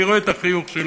אני רואה את החיוך שלך,